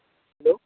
hello